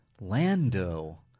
Lando